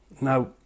Now